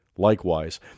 Likewise